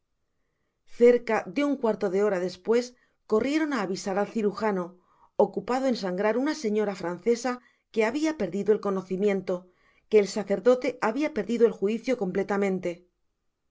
cerca de un cuarto de hora despues corrieron á avisar al cirujano ocupado en sangrar una señora francesa que habia perdido el conocimiento que el sacerdote habia perdido el juicio completamente